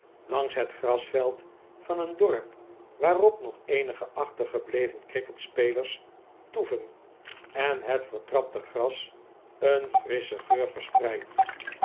langs het grasveld van een dorp waarop nog eenige achtergebleven cricketspelers tceven en het vertrapte gras een frisschen geur verspreidt